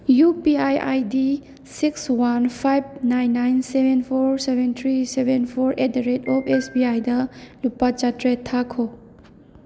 U P I ID six one five nine nine seven four seven three seven four eight the rate of S B ꯑꯥꯏꯗ ꯂꯨꯄꯥ ꯆꯥꯇ꯭ꯔꯦꯠ ꯊꯥꯈꯣ